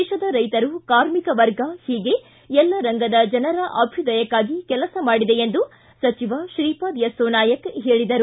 ದೇಶದ ರೈತರು ಕಾರ್ಮಿಕ ವರ್ಗ ಹೀಗೆ ಎಲ್ಲ ರಂಗದ ಜನರ ಅಭ್ಯದಯಕ್ಷಾಗಿ ಕೆಲಸ ಮಾಡಿದೆ ಎಂದು ಸಚಿವ ಶ್ರೀಪಾದ್ ಯಸ್ಸೊ ನಾಯಕ್ ಹೇಳಿದರು